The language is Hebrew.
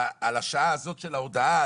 על השעה הזאת של ההודעה,